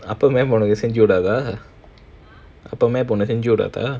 அப்பவெ போன செஞ்சி உடாதா அப்பவெ போன செஞ்சி உடாதா:appawe poana senji udaathaa appawe poana senji udaathaa